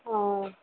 हँ